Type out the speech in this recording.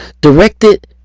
directed